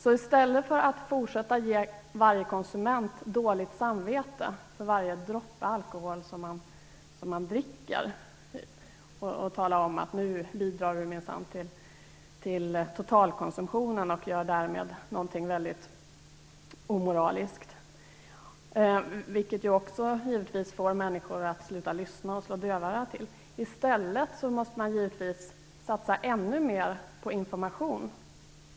I stället för att fortsätta med att ge varje konsument dåligt samvete för varje droppe alkohol som dricks och med att tala om att vederbörande minsann bidrar till totalkonsumtionen och att därmed något väldigt omoraliskt görs - detta bidrar givetvis också till att människor slutar lyssna och i stället slår dövörat till - måste man självklart satsa ännu mera på information.